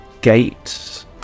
gate